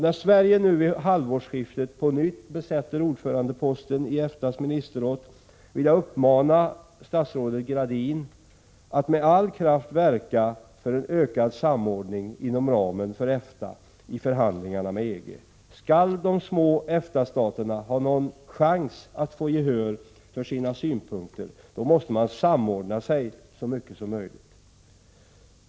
När Sverige nu vid halvårsskiftet på nytt besätter ordförandeposten i EFTA:s ministerråd vill jag uppmana statsrådet Gradin att med all kraft verka för en ökad samordning inom ramen för EFTA i förhandlingarna med EG. Skall de små EFTA-staterna ha någon chans att få gehör för sina synpunkter, då måste man samordna sig så mycket som möjligt.